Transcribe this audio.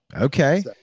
Okay